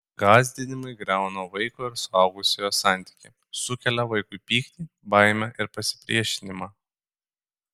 gąsdinimai griauna vaiko ir suaugusiojo santykį sukelia vaikui pyktį baimę ir pasipriešinimą